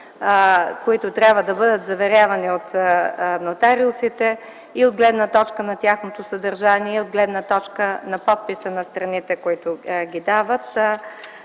които трябва да бъдат заверявани от нотариусите, и от гледна точка на тяхното съдържание, и от гледна точка на подписа на страните, които ги дават.